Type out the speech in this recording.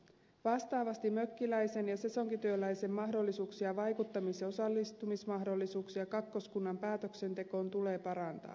vastaavasti mökkiläisen ja sesonkityöläisen vaikuttamis ja osallistumismahdollisuuksia kakkoskunnan päätöksentekoon tulee parantaa